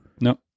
No